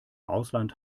ausland